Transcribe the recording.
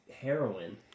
heroin